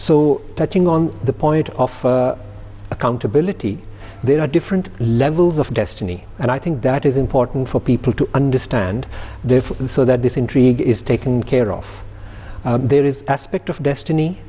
so touching on the point of accountability there are different levels of destiny and i think that is important for people to understand the so that this intrigue is taken care of there is aspect of destiny